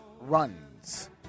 runs